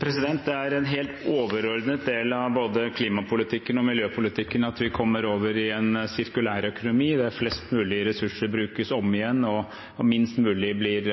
Det er en helt overordnet del av både klimapolitikken og miljøpolitikken at vi kommer over i en sirkulærøkonomi, der flest mulig ressurser brukes om igjen, og minst mulig blir